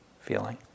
feeling